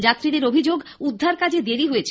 যাত্রীদের অভিযোগ উদ্ধার কাজে দেরি হয়েছে